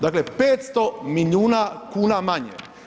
Dakle 500 milijuna kuna manje.